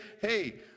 hey